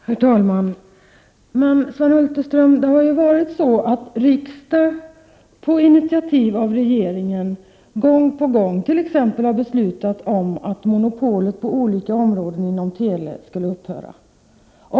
Herr talman! Men, Sven Hulterström, riksdagen har ju på initiativ av regeringen gång på gång beslutat t.ex. om att Telis monopol på olika områden skall upphöra.